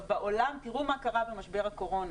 בעולם, תראו מה קרה במשבר הקורונה.